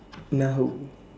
na hu